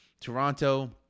toronto